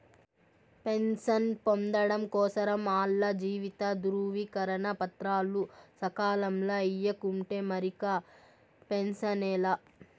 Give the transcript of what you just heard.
pension పొందడం కోసరం ఆల్ల జీవిత ధృవీకరన పత్రాలు సకాలంల ఇయ్యకుంటే మరిక పెన్సనే లా